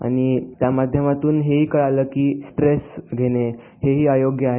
आणि त्या माध्यमातून हे कळालं की स्ट्रेस घेणे हे ही अयोग्य आहे